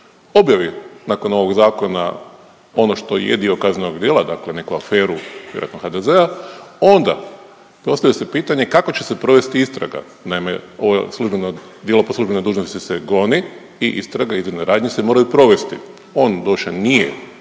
objavi nakon ovog Zakona ono što je dio kaznenog djela, dakle neku aferu, vjerojatno HDZ-a, onda postavlja se pitanje kako će se provesti istraga. Naime, ovo službeno, djelo po službenoj dužnosti se goni i istraga i .../Govornik se ne razumije./... radnje se moraju provesti. On doduše nije,